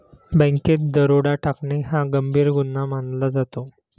बँकेत दरोडा टाकणे हा गंभीर गुन्हा मानला जातो